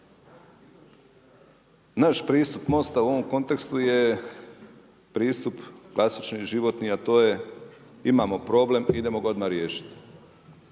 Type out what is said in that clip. Naš pristup MOST-a u ovom kontekstu je pristup klasični životni, a to je imamo problem, idemo ga odmah riješiti.